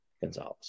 Gonzalez